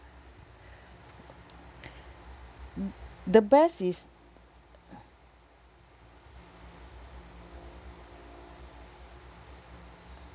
mm the best is